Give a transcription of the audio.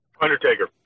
Undertaker